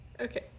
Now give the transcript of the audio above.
Okay